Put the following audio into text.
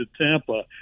Tampa